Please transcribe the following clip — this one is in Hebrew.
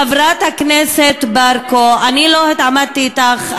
חברת הכנסת ברקו, אני לא התעמתי אתך,